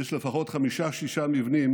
יש לפחות חמישה-שישה מבנים